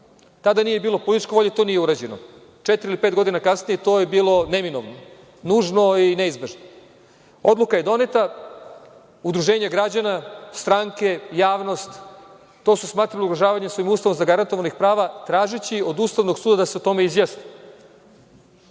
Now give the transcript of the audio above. Tada nije bilo po političkoj volji i to nije urađeno. Četiri ili pet godina kasnije, to je bilo neminovno, nužno i neizbežno. Odluka je doneta, udruženja građana, stranke, javnost, to su smatrali svojim Ustavom zagarantovanih prava, tražeći od Ustavnog suda da se o tome izjasni.